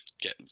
get